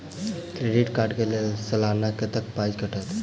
Credit card कऽ लेल सलाना कत्तेक पाई कटतै?